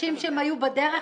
אנשים שהיו בדרך